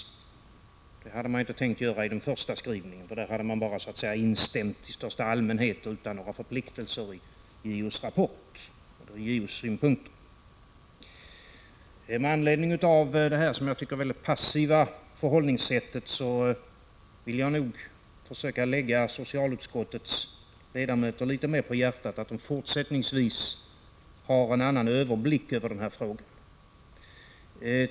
Detta hade utskottet inte tänkt ta med i den första skrivningen, utan där hade man bara instämt i största allmänhet utan några förpliktelser i fråga om JO:s rapport och hans synpunkter. Med anledning av detta mycket passiva förhållningssätt vill jag försöka lägga socialutskottets ledamöter på hjärtat att fortsättningsvis ta en annan överblick över denna fråga.